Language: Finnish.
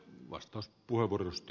arvoisa puhemies